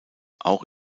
auch